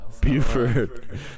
Buford